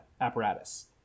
apparatus